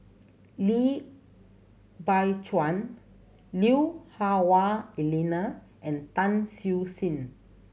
Lim Biow Chuan Lui Hah Wah Elena and Tan Siew Sin